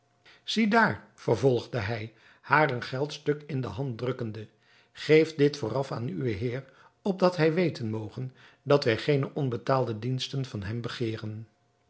daar vervolgde hij haar een geldstuk in de hand drukkende geef dit vooraf aan uwen heer opdat hij weten moge dat wij geene onbetaalde diensten van hem begeeren